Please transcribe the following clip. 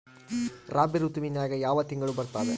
ರಾಬಿ ಋತುವಿನ್ಯಾಗ ಯಾವ ತಿಂಗಳು ಬರ್ತಾವೆ?